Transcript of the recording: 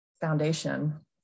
foundation